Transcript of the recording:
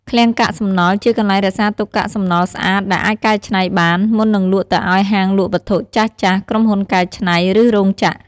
ឃ្លាំងកាកសំណល់ ជាកន្លែងរក្សាទុកកាកសំណល់ស្អាតដែលអាចកែច្នៃបាន មុននឹងលក់ទៅឲ្យហាងលក់វត្ថុចាស់ៗ ក្រុមហ៊ុនកែច្នៃ ឬរោងចក្រ។